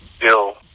Bill